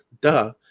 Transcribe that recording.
Duh